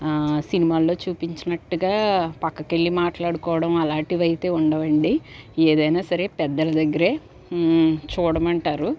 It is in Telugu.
సినిమాల్లో చూపించినట్టుగా పక్కకెళ్ళి మాట్లాడుకోవడం అలాంటివైతే ఉండవండి ఏదైనా సరే పెద్దల దగ్గరే చూడమంటారు